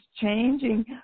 changing